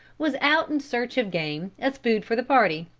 was out in search of game as food for the party.